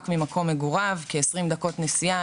מאזור מקורביו במרחק של 20 דקות נסיעה,